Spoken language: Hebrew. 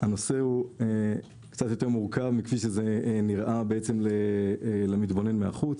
הנושא הוא קצת יותר מורכב מכפי שזה נראה למתבונן מבחוץ.